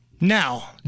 Now